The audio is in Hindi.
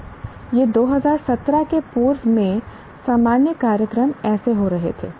अब यह 2017 के पूर्व में सामान्य कार्यक्रम ऐसे हो रहे थे